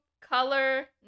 color